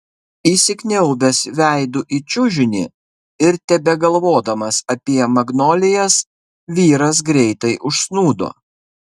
įsikniaubęs veidu į čiužinį ir tebegalvodamas apie magnolijas vyras greitai užsnūdo